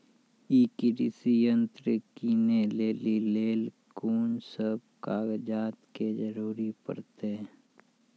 ई कृषि यंत्र किनै लेली लेल कून सब कागजात के जरूरी परतै?